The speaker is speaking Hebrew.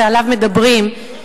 שעליו מדברים,